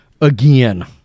again